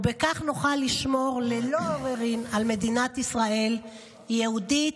בכך נוכל לשמור ללא עוררין על מדינת ישראל יהודית,